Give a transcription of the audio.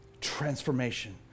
transformation